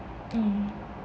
mm